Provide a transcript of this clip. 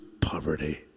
poverty